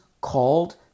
called